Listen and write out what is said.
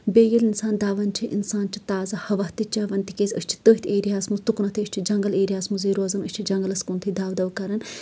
بیٚیہِ ییٚلہِ اِنسان دَوان چھِ اِنسان چھُ تازٕ ہَوا تہِ چٮ۪وان تِکیازِ أسۍ چھِ تٔتھۍ ایریاہَس منٛز تُکُنَتھ أسۍ چھِ جنٛگَل ایریاہَس منٛزٕے روزان أسۍ چھِ جنٛگلَس کُنتھٕے دَو دَو کَران